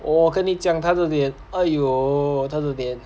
跟你讲他的脸 !aiyo! 他的脸